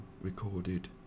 recorded